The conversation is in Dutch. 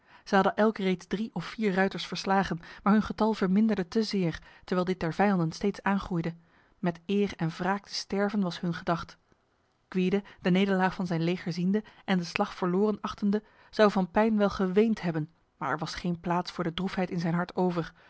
zij hadden elk reeds drie of vier ruiters verslagen maar hun getal verminderde te zeer terwijl dit der vijanden steeds aangroeide met eer en wraak te sterven was hun gedacht gwyde de nederlaag van zijn leger ziende en de slag verloren achtende zou van pijn wel geweend hebben maar er was geen plaats voor de droefheid in zijn hart over